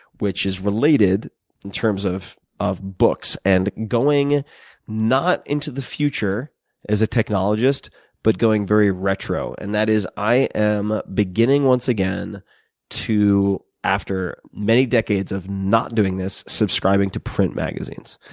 which is related in terms of of books. and going not into the future as a technologist but going very retro, and that is i am beginning once again to after many decades of not doing this subscribing to print magazines.